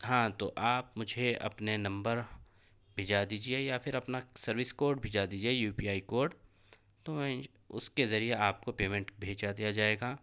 ہاں تو آپ مجھے اپنے نمبر بھیجا دیجیے یا پھر اپنا سروس کوڈ بھیجا دیجیے یو پی آئی کوڈ تو میں اس کے ذریعے آپ کو پیمنٹ بھیجا دیا جائے گا